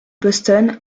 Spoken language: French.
boston